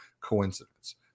coincidence